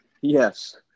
Yes